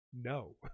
No